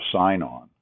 sign-on